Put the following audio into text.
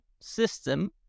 system